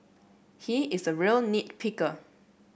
he is a real nit picker